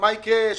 ומה יקרה?